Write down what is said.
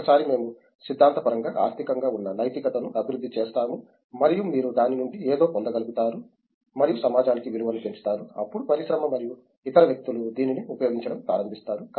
ఒకసారి మేము సిద్ధాంతపరంగా ఆర్థికంగా ఉన్న నైతికతను అభివృద్ధి చేస్తాము మరియు మీరు దాని నుండి ఏదో పొందగలుగుతారు మరియు సమాజానికి విలువను పెంచుతారు అప్పుడు పరిశ్రమ మరియు ఇతర వ్యక్తులు దీనిని ఉపయోగించడం ప్రారంభిస్తారు